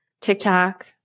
TikTok